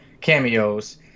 cameos